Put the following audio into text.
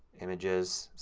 images,